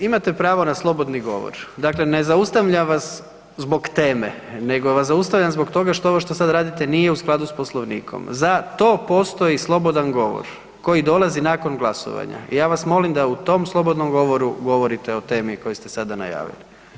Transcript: Imate pravo na slobodni govor, dakle ne zaustavljam vas zbog teme nego vas zaustavljam zbog toga što ovo što sada radite nije u skladu s Poslovnikom, za to postoji slobodan govor koji dolazi nakon glasovanja i ja vas molim da u tom slobodnom govoru govorite o temi koju ste sada najavili.